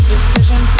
decision